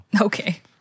Okay